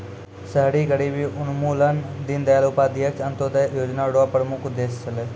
शहरी गरीबी उन्मूलन दीनदयाल उपाध्याय अन्त्योदय योजना र प्रमुख उद्देश्य छलै